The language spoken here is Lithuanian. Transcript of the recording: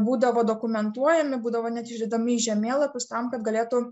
būdavo dokumentuojami būdavo net išdedami į žemėlapius tam kad galėtų